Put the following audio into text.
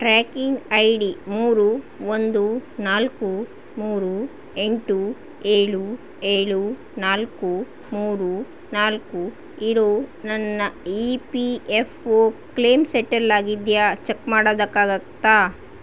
tracking I D ಮೂರು ಒಂದು ನಾಲ್ಕು ಮೂರು ಎಂಟು ಏಳು ಏಳು ನಾಲ್ಕು ಮೂರು ನಾಲ್ಕು ಇರೋ ನನ್ನ E P F O claim settle ಆಗಿದೆಯಾ ಚೆಕ್ ಮಾಡೋದಕ್ಕಾಗುತ್ತಾ